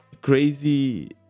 crazy